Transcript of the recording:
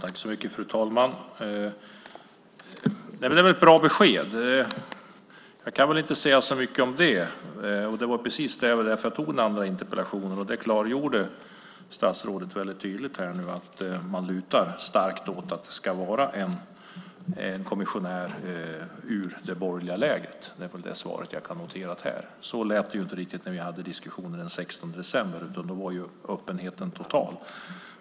Fru talman! Det var ett bra besked. Jag kan inte säga så mycket om det, och det var precis därför jag ställde den andra interpellationen. Statsrådet klargjorde tydligt här att man lutar starkt åt att det ska vara en kommissionär ur det borgerliga lägret. Det är det svar jag har noterat här. Så lät det inte riktigt när vi hade diskussionen den 16 december. Då var öppenheten total.